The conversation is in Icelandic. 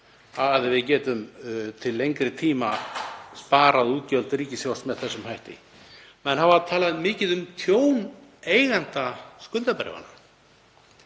að við getum til lengri tíma sparað útgjöld ríkissjóðs með þessum hætti. Menn hafa talað mikið um tjón eigenda skuldabréfanna